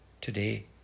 Today